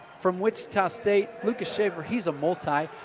from wichita state, lucas shaffer, he's a multi.